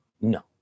No